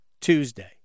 Tuesday